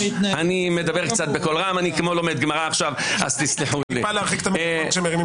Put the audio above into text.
אני מדבר קצת בקול רם, אני כמו לומד גמרא עכשיו.